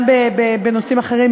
גם בנושאים אחרים.